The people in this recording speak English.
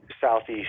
Southeast